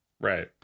Right